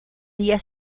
día